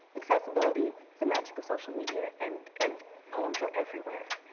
accessibility, the magic of social media and and poems are everywhere.